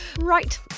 Right